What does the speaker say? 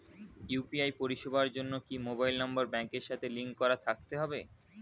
UPI পরিষেবার জন্য কি মোবাইল নাম্বার ব্যাংকের সাথে লিংক করা থাকতে হবে?